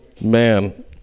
Man